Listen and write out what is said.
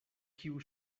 kiu